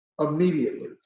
immediately